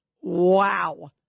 Wow